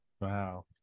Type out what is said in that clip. Wow